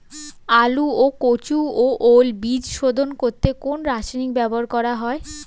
আলু ও কচু ও ওল বীজ শোধন করতে কোন রাসায়নিক ব্যবহার করা হয়?